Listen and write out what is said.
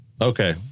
Okay